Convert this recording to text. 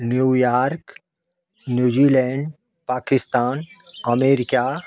new York New Zealand Pakistan America